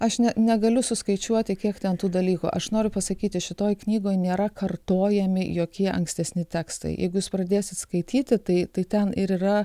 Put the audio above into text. aš net negaliu suskaičiuoti kiek ten tų dalykų aš noriu pasakyti šitoj knygoj nėra kartojami jokie ankstesni tekstai jeigu jūs pradėsit skaityti tai tai ten ir yra